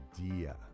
idea